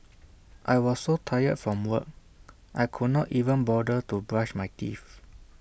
I were so tired from work I could not even bother to brush my teeth